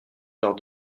lors